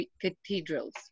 cathedrals